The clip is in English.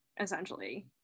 essentially